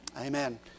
Amen